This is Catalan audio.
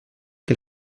que